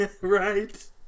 right